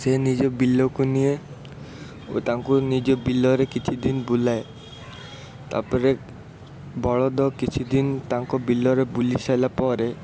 ସେ ନିଜ ବିଲକୁ ନିଏ ଓ ତାଙ୍କୁ ନେଇ ବିଲରେ କିଛିଦିନ ବୁଲାଏ ତାପରେ ବଳଦ କିଛିଦିନ ତାଙ୍କ ବିଲରେ ବୁଲିସାଇଲା ପରେ